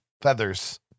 feathers